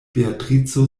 beatrico